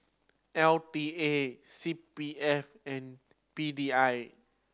L T A C P F and P D I